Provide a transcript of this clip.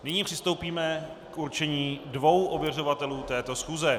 Nyní přistoupíme k určení dvou ověřovatelů této schůze.